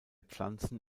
pflanzen